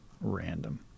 random